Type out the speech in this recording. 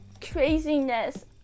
craziness